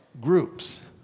groups